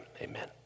amen